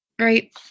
right